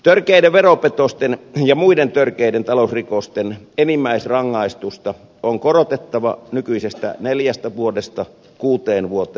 törkeiden veropetosten ja muiden törkeiden talousrikosten enimmäisrangaistusta on korotettava nykyisestä neljästä vuodesta kuuteen vuoteen vankeutta